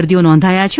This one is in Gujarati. દર્દીઓ નોંધાયા છે